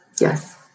Yes